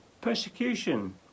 Persecution